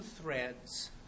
threads